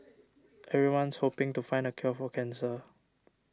everyone's hoping to find the cure for cancer